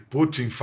Putin